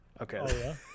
Okay